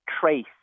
trace